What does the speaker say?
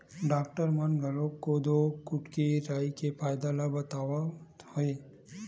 doctor मन घलोक कोदो, कुटकी, राई के फायदा ल बतावत हे